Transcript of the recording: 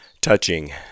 touching